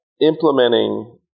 Implementing